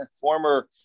former